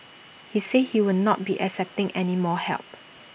he said he will not be accepting any more help